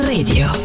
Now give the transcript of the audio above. Radio